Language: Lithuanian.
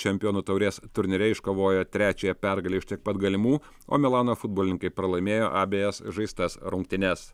čempionų taurės turnyre iškovojo trečiąją pergalę iš tiek pat galimų o milano futbolininkai pralaimėjo abejas žaistas rungtynes